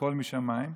שהכול משמיים.